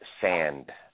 sand